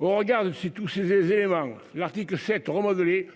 Au regard de ces tous ces éléments, l'article 7 remodeler